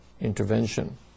intervention